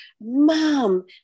Mom